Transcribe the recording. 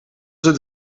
het